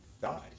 died